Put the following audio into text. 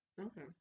Okay